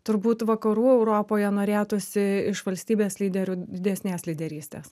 turbūt vakarų europoje norėtųsi iš valstybės lyderių didesnės lyderystės